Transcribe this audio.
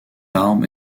arme